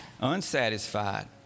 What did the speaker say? unsatisfied